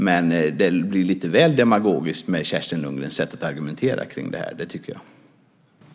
Jag tycker dock att Kerstin Lundgrens sätt att argumentera kring dessa frågor blir lite väl demagogiskt.